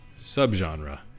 subgenre